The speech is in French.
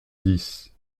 dix